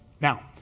Now